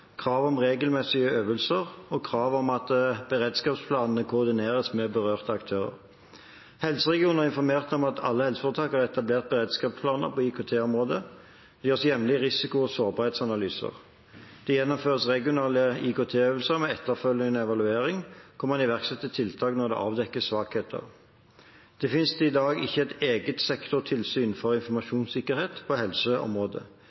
krav om regelmessige øvelser og krav om at beredskapsplanene koordineres med berørte aktører. Helseregionene har informert om at alle helseforetakene har etablert beredskapsplaner på IKT-området. Det gjøres jevnlig risiko- og sårbarhetsanalyser. Det gjennomføres regionale IKT-øvelser med etterfølgende evaluering, og hvor man iverksetter tiltak når det avdekkes svakheter. Det finnes i dag ikke et eget sektortilsyn for